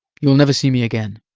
you will never see me again.